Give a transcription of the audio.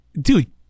Dude